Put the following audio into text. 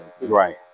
Right